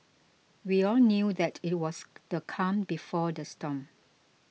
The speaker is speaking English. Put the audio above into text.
we all knew that it was the calm before the storm